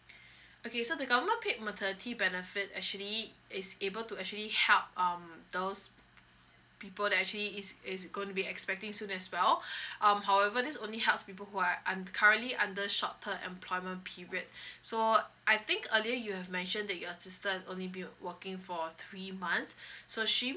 okay so the government paid maternity benefits actually is able to actually help um those people that actually is is going be expecting soon as well um however this only helps people who are un~ currently under short term employment period so I think earlier you have mentioned that your sister is only being working for three months so she